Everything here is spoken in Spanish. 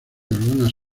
algunas